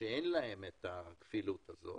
שאין להם את הכפילות הזו.